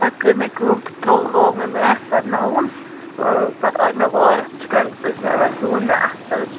پَتہٕ کٔر مےٚ کٲم تہٕ ترٛوو لوگ مےٚ میتھ پرناوُن پَتہٕ آے مےٚ واریاہ سٕٹوڈنٛٹس ٲس مےٚ یِوان جوٗن مےٚ اَصٕل